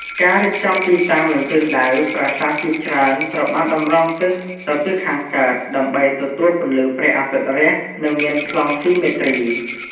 ការរៀបចំទីតាំង និងទិសដៅ ប្រាសាទជាច្រើនត្រូវបានតម្រង់ទិសទៅទិសខាងកើត ដើម្បីទទួលពន្លឺព្រះអាទិត្យរះ និងមានប្លង់ស៊ីមេទ្រី។